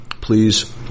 Please